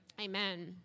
Amen